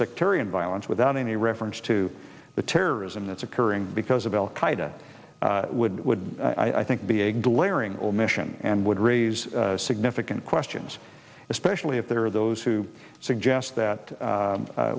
sectarian violence without any reference to the terrorism that's occurring because of al qaida would would i think be a glaring omission and would raise significant questions especially if there are those who suggest that